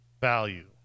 value